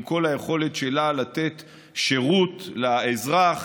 עם כל היכולת שלה לתת שירות לאזרח,